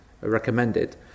recommended